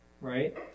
right